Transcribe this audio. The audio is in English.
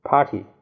Party